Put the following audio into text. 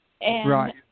right